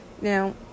Now